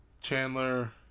Chandler